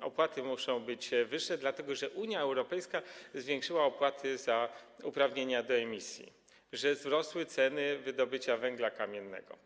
opłaty muszą być wyższe, dlatego że Unia Europejska zwiększyła opłaty za uprawnienia do emisji, że wzrosły ceny wydobycia węgla kamiennego.